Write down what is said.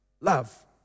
love